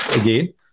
again